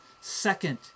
Second